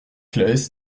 claës